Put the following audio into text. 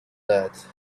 that